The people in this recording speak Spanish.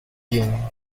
jean